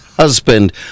Husband